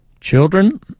Children